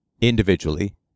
individually